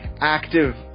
active